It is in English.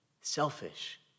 selfish